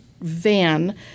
van